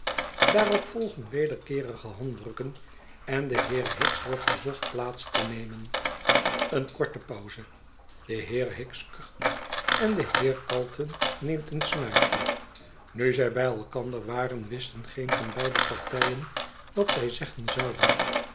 daarop volgen wederkeerige handdrukken en de heer hicks wordt verzocht plaats te nemen een korte pauze de heer hicks kucht en de heer calton neemt een snuifje nu zij bij elkander waren wisten geen van beide partij en wat zij zeggen zouden